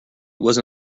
was